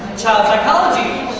child psychology.